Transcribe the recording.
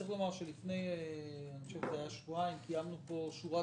צריך לומר שלפני שבועיים קיימנו פה שורת